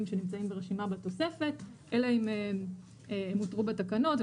שנמצאים ברשימה בתוספת אלא אם הם הותרו בתקנות,